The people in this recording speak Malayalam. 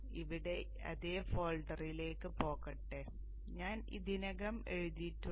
ഇവിടെ അതേ ഫോൾഡറിലേക്ക് പോകട്ടെ ഞാൻ ഇതിനകം എഴുതിയിട്ടുണ്ട്